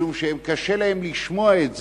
משום שקשה להם לשמוע את זה,